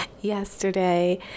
yesterday